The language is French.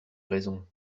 raison